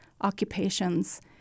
occupations